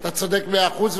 אתה צודק במאה אחוז,